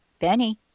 Benny